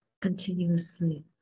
continuously